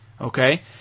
okay